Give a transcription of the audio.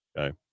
Okay